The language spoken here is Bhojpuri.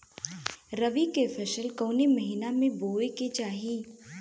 रबी की फसल कौने महिना में बोवे के चाही?